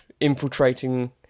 infiltrating